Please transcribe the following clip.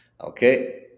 okay